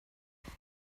beth